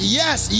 yes